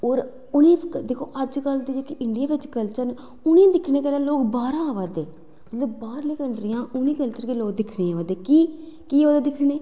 ओह् दिक्खो की अज्ज साढ़े इन्ने जादा कल्चर न इनें गी दिक्खने गल्ला लोग बाहरा आवा दे जेह्ड़ी बाहरलियां कंट्रियां न उंदे लोग इसी दिक्खनै गी आवा दे न की आवा दे दिक्खनै गी